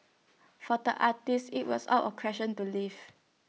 for the artist IT was out of question to leave